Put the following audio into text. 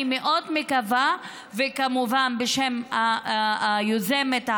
אני מאוד מקווה, וכמובן, בשם היוזמת,